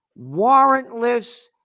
warrantless